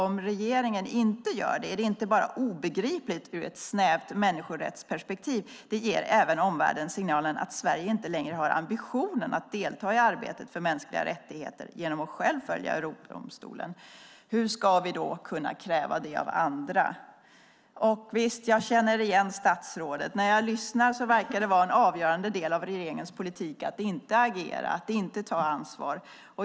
Om regeringen inte gör det är det inte bara obegripligt ur ett snävt människorättsperspektiv, det ger även omvärlden signalen att Sverige inte längre har ambitionen att delta i arbetet för mänskliga rättigheter genom att själv följa Europadomstolen. Hur ska vi då kunna kräva det av andra? Jag känner igen det statsrådet säger. Det verkar vara en avgörande del av regeringens politik att inte agera, inte ta ansvar.